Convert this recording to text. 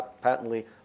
patently